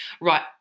Right